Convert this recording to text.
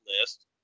list